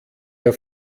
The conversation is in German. ihr